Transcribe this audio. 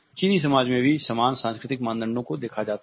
चीनी समाजों में भी समान सांस्कृतिक मानदंडों को देखा जाता है